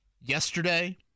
yesterday